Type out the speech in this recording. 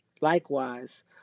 Likewise